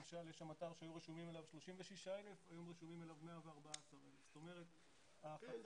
יש שם אתר שהיו רשומים אליו 36,000 והיום רשומים אליו 114,000. כן.